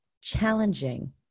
challenging